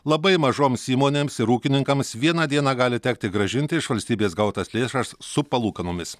labai mažoms įmonėms ir ūkininkams vieną dieną gali tekti grąžinti iš valstybės gautas lėšas su palūkanomis